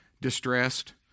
Distressed